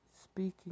speaking